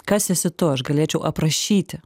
kas esi tu aš galėčiau aprašyti